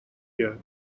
year